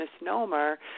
misnomer